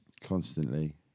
constantly